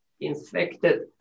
infected